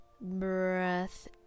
breath